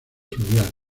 fluvial